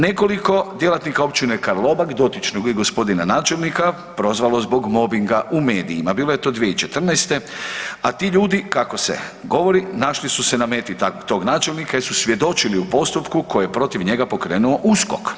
Nekoliko djelatnika općine Karlobag dotičnog je gospodina načelnika prozvalo zbog mobinga u medijima, bilo je to 2014.-te, a ti ljudi kako se govori našli su se na meti tog načelnika jer su svjedočili u postupku koji je protiv njega pokrenuo USKOK.